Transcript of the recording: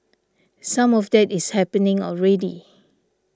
some of that is happening already